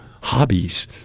hobbies